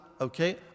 okay